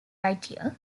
idea